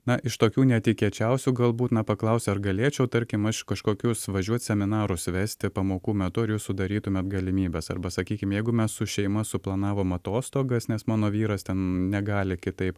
na iš tokių netikėčiausių galbūt na paklausė ar galėčiau tarkim aš kažkokius važiuot seminarus vesti pamokų metu ar jūs sudarytumėt galimybes arba sakykim jeigu mes su šeima suplanavom atostogas nes mano vyras ten negali kitaip